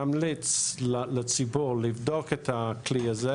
ממליץ לציבור לבדוק את הכלי הזה,